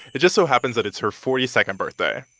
it just so happens that it's her forty second birthday.